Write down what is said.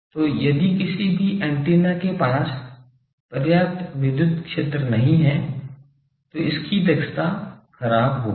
तो यदि किसी भी एंटीना के पास पर्याप्त विद्युत क्षेत्र नहीं है तो इसकी दक्षता खराब होगी